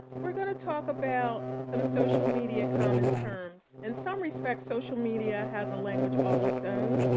we're going to talk about some social media common terms. in some respects social media has a language all its own.